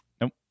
Nope